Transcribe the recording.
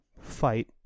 fight